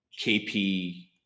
kp